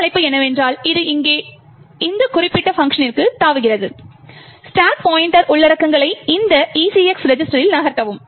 இந்த அழைப்பு என்னவென்றால் இது இங்கே இந்த குறிப்பிட்ட பங்க்ஷனிற்கு தாவுகிறது ஸ்டாக் பாய்ண்ட்டர் உள்ளடக்கங்களை இந்த ECX ரெஜிஸ்டரில் நகர்த்தவும்